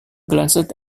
glanced